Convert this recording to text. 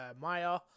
Maya